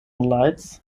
lights